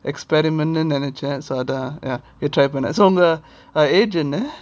experiment னு நினைச்சேன் அதான்:nu nenachen adhan try பண்ணேன் சோ உங்க:pannen so unga age என்ன:enna